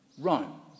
Rome